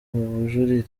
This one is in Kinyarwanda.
bujurire